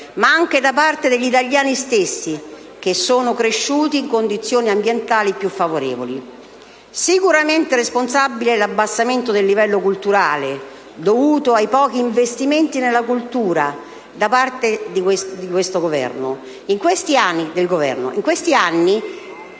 ma anche da parte degli italiani stessi che sono cresciuti in condizioni ambientali più favorevoli. Sicuramente responsabile è l'abbassamento del livello culturale, dovuto ai pochi investimenti nella cultura da parte del Governo in questi anni e alla cattiva